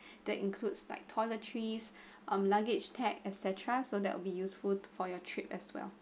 that includes like toiletries um luggage tag et cetera so that will be useful for your trip as well